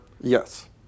Yes